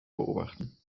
beobachten